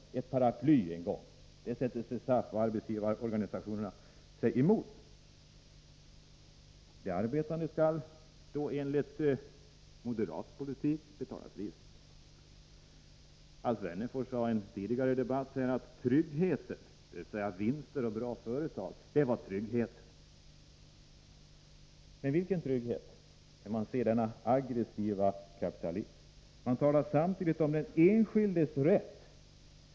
Det sätter sig SAF och arbetsgivarorganisationerna emot. De arbetande skall, enligt moderat politik, betala priset. Alf Wennerfors sade i en tidigare debatt att vinster och bra företag var tryggheten. Men vilken trygghet, när man ser denna aggressiva kapitalism? Moderaterna talar samtidigt om den enskildes rätt.